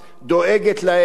דואגת להם,